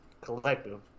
collective